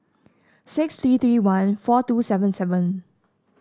six three three one four two seven seven